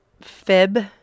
Fib